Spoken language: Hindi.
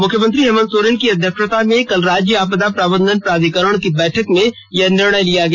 मुख्यमंत्री हेमंत सोरेन की अध्यक्षता में कल राज्य आपदा प्रबंधन प्राधिकार की बैठक में यह निर्णय लिया गया